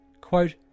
Quote